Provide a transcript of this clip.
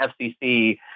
FCC